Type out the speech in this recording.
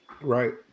Right